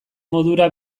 modura